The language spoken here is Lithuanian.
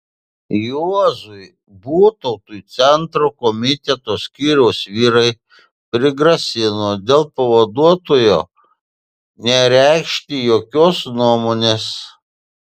juozui butautui centro komiteto skyriaus vyrai prigrasino dėl pavaduotojo nereikšti jokios nuomonės